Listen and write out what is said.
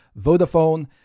Vodafone